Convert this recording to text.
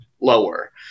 lower